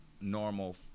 normal –